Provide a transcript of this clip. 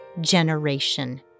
generation